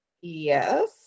yes